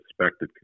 suspected